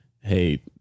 Hey